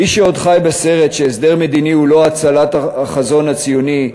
מי שעוד חי בסרט שהסדר מדיני הוא לא הצלת החזון הציוני,